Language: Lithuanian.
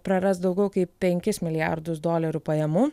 praras daugiau kaip penkis milijardus dolerių pajamų